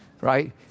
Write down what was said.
Right